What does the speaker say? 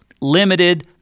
limited